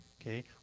Okay